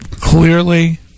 clearly